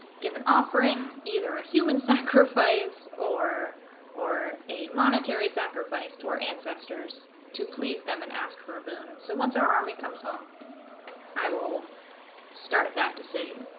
give an offering either a human sacrifice or or a monetary sacrifice to our ancestors to please them and ask for a builder so once our army comes home i will start that decision